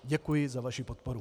Děkuji za vaši podporu.